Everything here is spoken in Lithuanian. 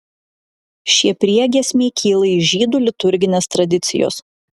šie priegiesmiai kyla iš žydų liturginės tradicijos